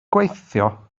gweithio